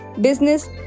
business